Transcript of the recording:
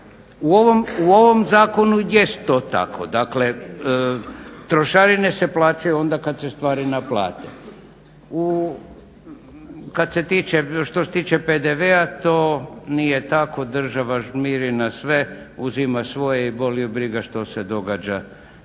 U ovom zakonu jest to tako, dakle trošarine se plaćaju kad se stvari naplate. Što se tiče PDV-a to nije tako, država žmiri na sve, uzima svoje i boli ju briga što se događa